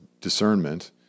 discernment